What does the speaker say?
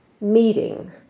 meeting